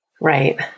right